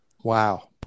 Wow